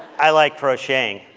i like crocheting.